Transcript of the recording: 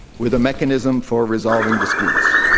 with a mechanism for resolving disputes.